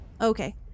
Okay